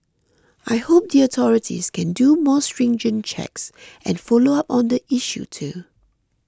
I hope the authorities can do more stringent checks and follow up on the issue too